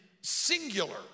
singular